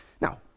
Now